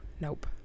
Nope